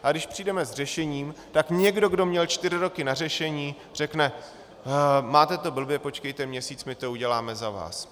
Ale když přijdeme s řešením, tak někdo, kdo měl čtyři roky na řešení, řekne: máte to blbě, počkejte měsíc, my to uděláme za vás...